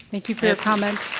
thank you for your comments.